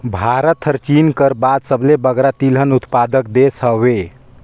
भारत हर चीन कर बाद सबले बगरा तिलहन उत्पादक देस हवे